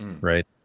Right